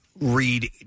read